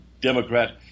Democrat